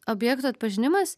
objekto atpažinimas